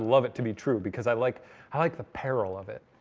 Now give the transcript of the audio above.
love it to be true because i like i like the peril of it.